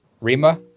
Rima